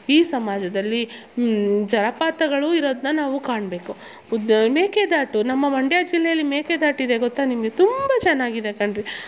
ಈ ಸಮಾಜದಲ್ಲಿ ಜಲಪಾತಗಳು ಇರೋದನ್ನ ನಾವು ಕಾಣಬೇಕು ಮೇಕೆದಾಟು ನಮ್ಮ ಮಂಡ್ಯ ಜಿಲ್ಲೆಯಲ್ಲಿ ಮೇಕೆದಾಟಿದೆ ಗೊತ್ತ ನಿಮಗೆ ತುಂಬ ಚೆನ್ನಾಗಿದೆ ಕಣ್ರಿ